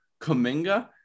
Kaminga